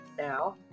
Now